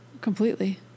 Completely